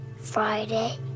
Friday